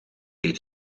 eet